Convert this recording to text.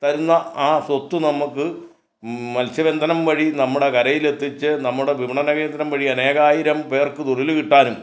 തരുന്ന ആ സ്വത്ത് നമുക്ക് മത്സ്യബന്ധനം വഴി നമ്മുടെ കരയിലെത്തിച്ച് നമ്മുടെ വിപണന കേന്ദ്രം വഴി അനേകായിരം പേർക്ക് തൊഴിൽ കിട്ടാനും